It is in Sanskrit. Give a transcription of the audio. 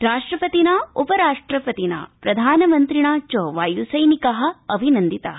राष्ट्रपतिना उपराष्ट्रपतिना प्रधानमन्त्रिणा च वाय्सैनिका अभिनन्दिता